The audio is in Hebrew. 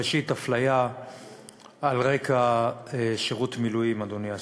ראשית, אפליה על רקע שירות מילואים, אדוני השר.